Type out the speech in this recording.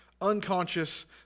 unconscious